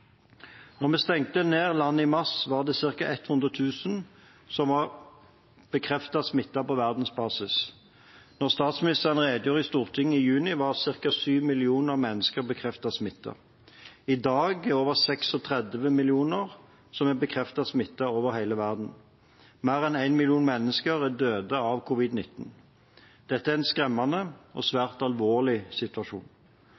vi stengte ned landet i mars, var det ca. 100 000 som var bekreftet smittet på verdensbasis. Da statsministeren redegjorde for Stortinget i juni, var ca. 7 millioner mennesker bekreftet smittet. I dag er det over 36 millioner som er bekreftet smittet over hele verden. Mer enn én million mennesker er døde av covid-19. Dette er en skremmende og